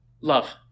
love